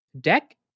deck